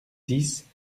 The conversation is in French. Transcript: dix